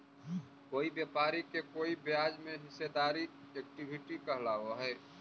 कोई व्यापारी के कोई ब्याज में हिस्सेदारी इक्विटी कहलाव हई